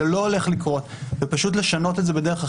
זה לא הולך לקרות ופשוט לשנות את זה בדרך אחרת.